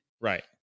Right